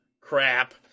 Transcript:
Crap